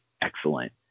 excellent